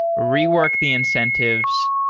rework the incentives.